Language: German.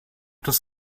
das